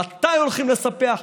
מתי הולכים לספח,